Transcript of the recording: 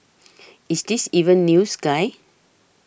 is this even news guy